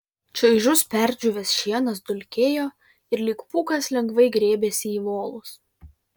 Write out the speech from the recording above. čaižus perdžiūvęs šienas dulkėjo ir lyg pūkas lengvai grėbėsi į volus